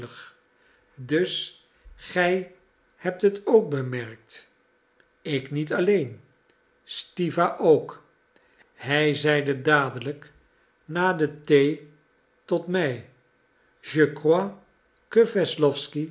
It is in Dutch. dus gij hebt het ook bemerkt ik niet alleen stiwa ook hij zeide dadelijk na de thee tot mij